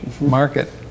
market